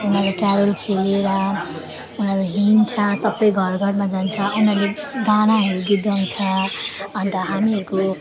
उनीहरू क्यारल खेलेर उनीहरू हिँड्छ सबै घरघरमा जान्छ उनीहरूले गानाहरू गीत गाउँछ अन्त हामीहरूको